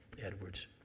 Edwards